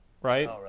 right